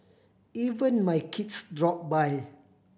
even my kids drop by